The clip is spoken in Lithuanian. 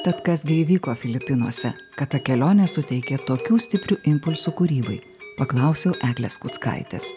tad kas gi įvyko filipinuose kad ta kelionė suteikė tokių stiprių impulsų kūrybai paklausiau eglės kuckaitės